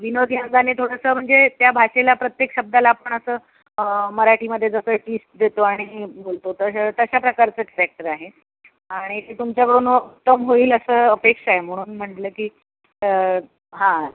विनोदी अंगाने थोडंसं म्हणजे त्या भाषेला प्रत्येक शब्दाला आपण असं मराठीमध्ये जसं ट्वीस्ट देतो आणि बोलतो तसं तशा प्रकारचं कॅरेक्टर आहे आणि ते तुमच्याकडून उत्तम होईल असं अपेक्षा आहे म्हणून म्हटलं की हां